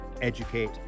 educate